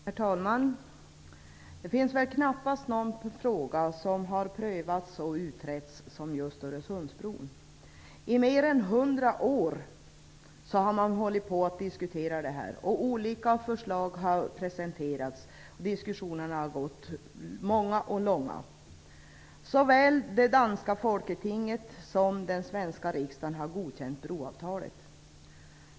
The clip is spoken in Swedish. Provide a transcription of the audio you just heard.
Herr talman! Det finns väl knappast någon fråga som har prövats och utretts så som just frågan om Öresundsbron. I mer än hundra år har man diskuterat frågan. Olika förslag har presenterats. Diskussionerna har varit många och långa. Såväl det danska folketinget som den svenska riksdagen har godkänt broavtalet.